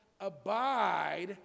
abide